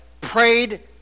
prayed